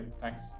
Thanks